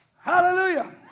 hallelujah